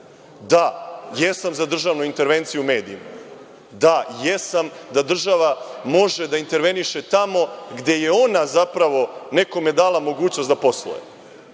jesam za državnu intervenciju u medijima. Da, jesam da država može da interveniše tamo gde je ona, zapravo, nekome dala mogućnost da posluje.